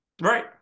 Right